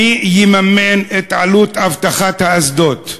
מי יממן את עלות אבטחת האסדות?